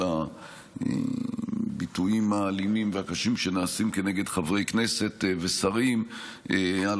על הביטויים האלימים והקשים שנעשים כנגד חברי כנסת ושרים על